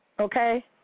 okay